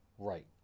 right